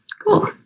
Cool